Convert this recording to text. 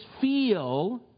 feel